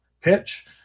pitch